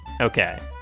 Okay